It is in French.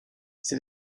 ses